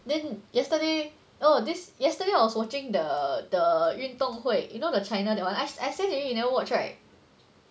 then yesterday no this yesterday I was watching the the 运动会 you know the China that one I I send to you you never watch right